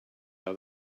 how